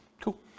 Cool